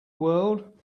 world